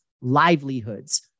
livelihoods